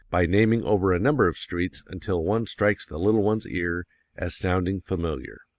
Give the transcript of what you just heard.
by naming over a number of streets until one strikes the little one's ear as sounding familiar.